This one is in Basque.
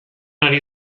ari